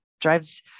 drives